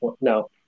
No